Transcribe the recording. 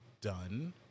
done